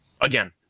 again